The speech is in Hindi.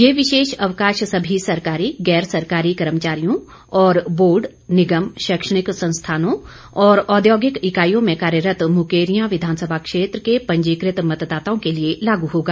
ये विशेष अवकाश सभी सरकारी गैर सरकारी कर्मचारियों और बोर्ड निगम शैक्षणिक संस्थानों और औद्योगिक इकाईयों में कार्यरत मुकेरियां विधानसभा क्षेत्र के पंजीकृत मतदाताओं के लिए लागू होगा